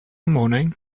morning